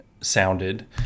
sounded